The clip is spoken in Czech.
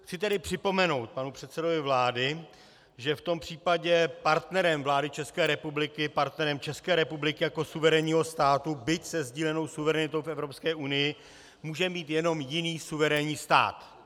Chci tedy připomenout panu předsedovi vlády, že v tom případě partnerem vlády České republiky, partnerem České republiky jako suverénního státu, byť se sdílenou suverenitou v Evropské unii, může být jenom jiný suverénní stát.